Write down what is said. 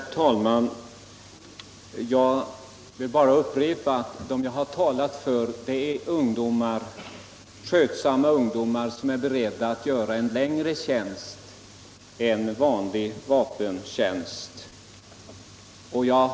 Herr talman! De människor jag talat för är skötsamma ungdomar. beredda att göra en längre tjänst än vanlig vapentjänst.